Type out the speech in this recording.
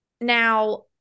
now